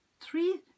three